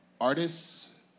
Artists